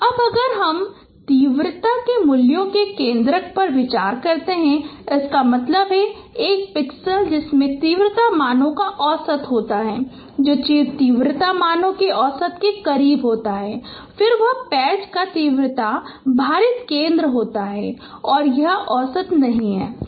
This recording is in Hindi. अब अगर हम तीव्रता के मूल्यों के केंद्रक पर विचार करते हैं इसका मतलब है एक पिक्सेल जिसमें तीव्रता मानों का औसत होता है जो तीव्रता मानों के औसत के करीब होता है फिर वह पैच का तीव्रता भारित केंद्र होता है यह औसत नहीं है